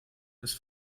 ist